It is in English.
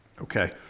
Okay